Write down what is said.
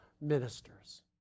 ministers